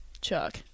Chuck